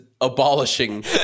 abolishing